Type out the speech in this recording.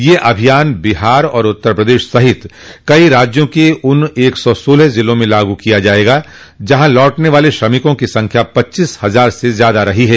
यह अभियान बिहार और उत्तर प्रदेश सहित कइ राज्यों के उन एक सौ सोलह जिलों में लागू किया जाएगा जहां लौटने वाले श्रमिकों की संख्या पच्चीस हजार से ज्यादा रही है